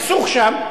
אבל אם, יש סכסוך שם,